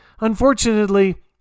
unfortunately